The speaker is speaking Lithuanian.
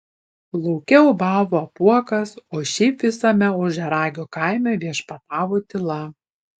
lauke ūbavo apuokas o šiaip visame ožiaragio kaime viešpatavo tyla